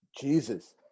jesus